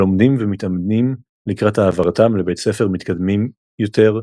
הלומדים ומתאמנים לקראת העברתם לבתי ספר מתקדמים יותר,